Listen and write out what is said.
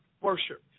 worship